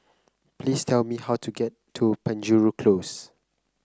please tell me how to get to Penjuru Close